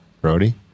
Brody